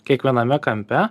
kiekviename kampe